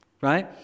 Right